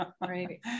Right